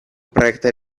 проекта